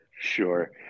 sure